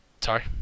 Sorry